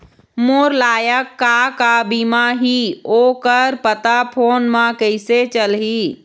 मोर लायक का का बीमा ही ओ कर पता फ़ोन म कइसे चलही?